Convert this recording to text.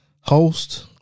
host